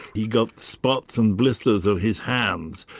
he got spots and blisters on his hands,